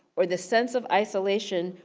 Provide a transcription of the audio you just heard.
or the sense of isolation,